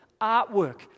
artwork